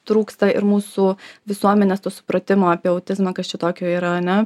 trūksta ir mūsų visuomenės to supratimo apie autizmą kas čia tokio yra ane